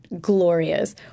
glorious